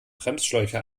bremsschläuche